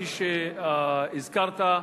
כפי שהזכרת,